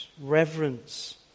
reverence